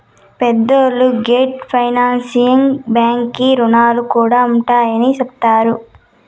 పెద్దలు debt financing బాంకీ రుణాలు కూడా ఉండాయని చెప్తండారు